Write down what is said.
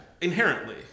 inherently